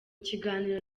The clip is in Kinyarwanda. kiganiro